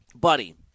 buddy